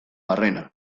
barrena